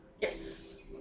Yes